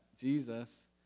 Jesus